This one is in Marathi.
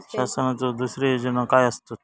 शासनाचो दुसरे योजना काय आसतत?